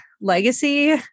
legacy